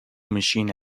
machine